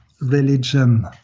religion